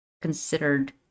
considered